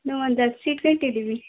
ನಾವು ಒಂದು ಹತ್ತು ಸೀಟ್ ಗಂಟ ಇದ್ದೀವಿ